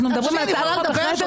אנחנו מדברים על הצעת חוק.